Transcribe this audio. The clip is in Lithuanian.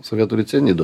savyje turi cianidų